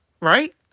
right